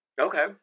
Okay